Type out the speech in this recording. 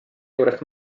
juures